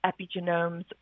epigenome's